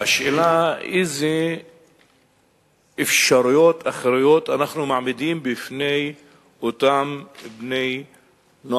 השאלה איזה אפשרויות אחרות אנחנו מעמידים בפני אותם בני-נוער,